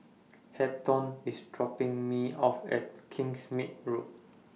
Hampton IS dropping Me off At Kingsmead Road